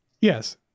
yes